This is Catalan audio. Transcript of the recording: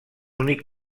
únic